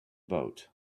boat